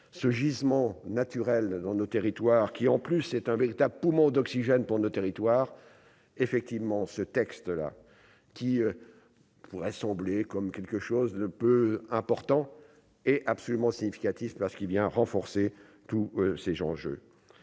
ce gisement naturel dans nos territoires, qui en plus est un véritable poumon d'oxygène pour nos territoires effectivement ce texte-là qui pourrait sembler comme quelque chose le peu important et absolument significatif parce qu'il vient renforcer tous ces gens